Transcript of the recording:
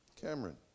cameron